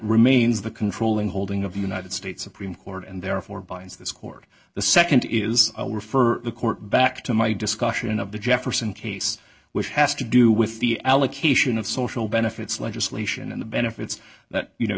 remains the controlling holding of the united states supreme court and therefore binds this court the nd is we're fir the court back to my discussion of the jefferson case which has to do with the allocation of social benefits legislation and the benefits that you know